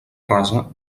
rasa